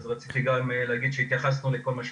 אז רציתי גם להגיד שהתייחסנו לכל מה שביקשתם.